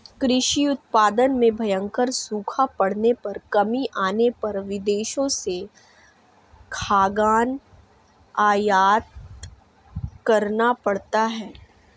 कृषि उत्पादन में भयंकर सूखा पड़ने पर कमी आने पर विदेशों से खाद्यान्न आयात करना पड़ता है